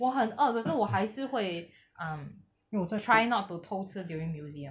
我很饿可是我还是会 um try not to 偷吃 during museum